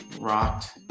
rocked